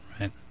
Right